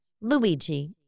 Luigi